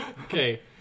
Okay